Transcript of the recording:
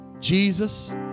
Jesus